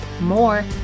more